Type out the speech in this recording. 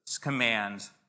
commands